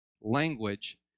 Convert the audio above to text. language